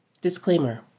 Disclaimer